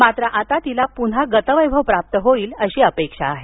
मात्र आता तिला पुन्हा गतवैभव प्राप्त होईल अशी अपेक्षा आहे